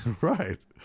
Right